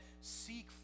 seek